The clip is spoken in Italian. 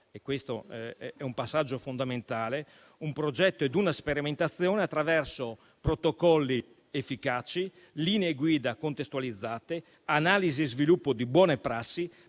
e questo è un passaggio fondamentale - di un progetto e una sperimentazione attraverso protocolli efficaci, linee guida contestualizzate, analisi e sviluppo di buone prassi,